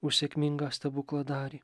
už sėkmingą stebukladarį